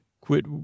Quit